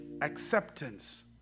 acceptance